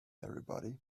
everybody